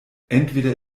entweder